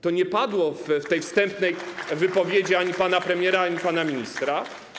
To nie padło w tej wstępnej wypowiedzi ani pana premiera, ani pana ministra.